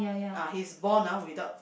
uh he is born uh without